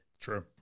True